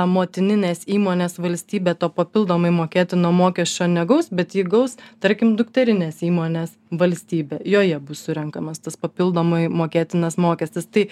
motininės įmonės valstybė to papildomai mokėtino mokesčio negaus bet jį gaus tarkim dukterinės įmonės valstybė joje bus surenkamas tas papildomai mokėtinas mokestis tai